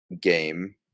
game